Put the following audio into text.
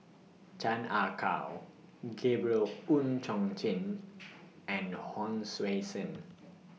Chan Ah Kow Gabriel Oon Chong Jin and Hon Sui Sen